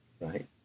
right